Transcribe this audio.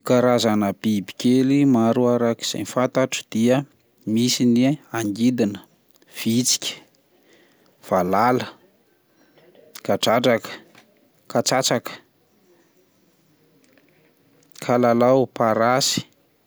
Karazana biby kely maro arak'izay fantatro dia misy ny angidina, vitsika, valala, kadradraka, katsatsaka, kalalao, parasy.